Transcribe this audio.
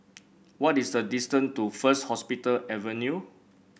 what is the distance to First Hospital Avenue